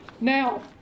Now